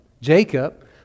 Jacob